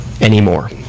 Anymore